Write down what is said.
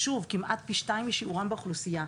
שוב, כמעט פי שניים משיעורם באוכלוסייה.